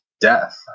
death